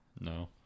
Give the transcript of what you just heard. no